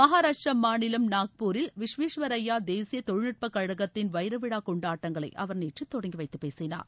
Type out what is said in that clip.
மகாராஷ்ட்டிர மாநிலம் நாக்பூரில் விஸ்வேஸ்வரய்யா தேசிய தொழில்நுட்பக் கழகத்தின் வைர விழா கொண்டாட்டங்களை அவர் நேற்று தொடங்கி வைத்துப் பேசினார்